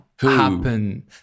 happen